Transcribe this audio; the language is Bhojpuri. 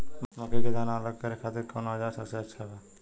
मकई के दाना अलग करे खातिर कौन औज़ार सबसे अच्छा बा?